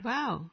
Wow